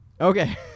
Okay